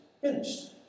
finished